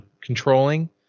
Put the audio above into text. controlling